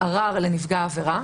ערר לנפגע העבירה,